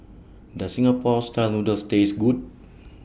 Does Singapore Style Noodles Taste Good